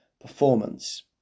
performance